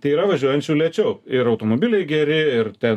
tai yra važiuojančių lėčiau ir automobiliai geri ir ten